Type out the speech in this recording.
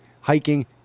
hiking